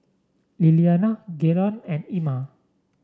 Liliana Gaylon and Ima